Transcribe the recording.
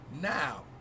Now